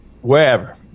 wherever